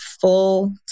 full